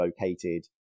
located